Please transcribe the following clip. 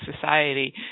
society